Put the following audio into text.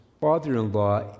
father-in-law